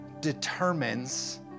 determines